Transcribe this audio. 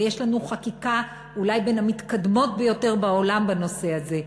ויש לנו חקיקה אולי בין המתקדמות ביותר בעולם בנושא הזה.